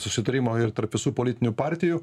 susitarimo ir tarp visų politinių partijų